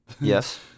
Yes